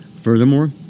Furthermore